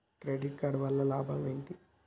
Credit card వల్ల లాభం ఏంటి?